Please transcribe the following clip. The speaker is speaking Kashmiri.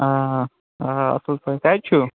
آ اَآ صٕل پٲٹھۍ کَتہِ چھِو